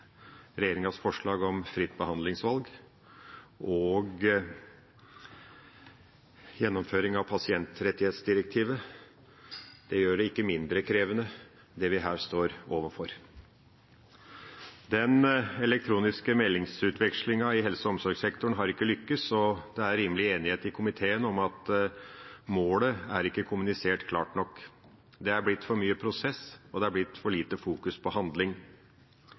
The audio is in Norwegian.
regjeringas forslag om fritt behandlingsvalg, og gjennomføring av pasientrettighetsdirektivet gjør ikke det vi her står overfor, mindre krevende. Den elektroniske meldingsutvekslinga i helse- og omsorgssektoren har ikke lyktes, og det er rimelig enighet i komiteen om at målet ikke er kommunisert klart nok. Det har blitt for mye prosess, og det har blitt for lite fokusering på handling.